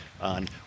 on